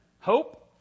Hope